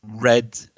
red